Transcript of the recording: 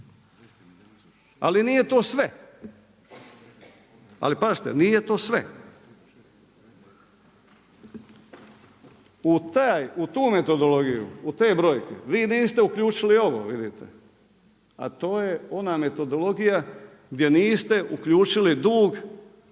milijardi kuna. Ali nije to sve, u tu metodologiju vi niste uključili ovo vidite, a to je ona metodologija gdje niste uključili dug